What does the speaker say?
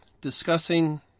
discussing